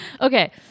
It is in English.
okay